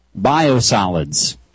Biosolids